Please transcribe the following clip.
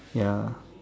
ya